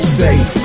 safe